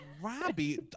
Robbie